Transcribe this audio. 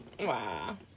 Wow